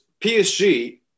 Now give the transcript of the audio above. PSG